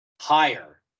higher